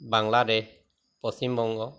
Bangladesh Paschimbanga